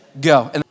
Go